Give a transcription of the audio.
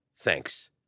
Thanks